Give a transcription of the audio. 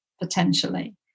potentially